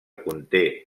conté